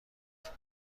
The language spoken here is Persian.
است